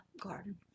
garden